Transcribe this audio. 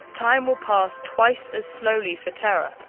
time will pass twice as slowly for terra,